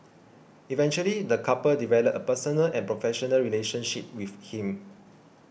eventually the couple developed a personal and professional relationship with him